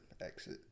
exit